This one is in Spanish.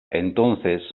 entonces